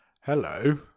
hello